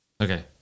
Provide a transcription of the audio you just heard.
Okay